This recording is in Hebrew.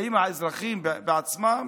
האם האזרחים בעצמם?